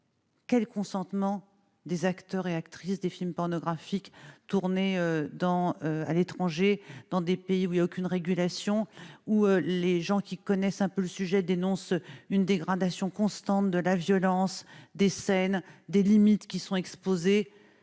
Quel consentement des acteurs et actrices de films pornographiques tournés dans à l'étranger dans des pays où il y a aucune régulation ou les gens qui connaissent un peu le sujet dénonce une dégradation constante de la violence des scènes des limites qui sont exposées